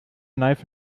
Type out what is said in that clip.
knife